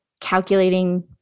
calculating